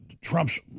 Trump's